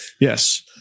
Yes